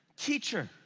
teacher,